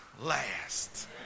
last